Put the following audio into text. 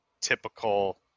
typical